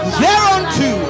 thereunto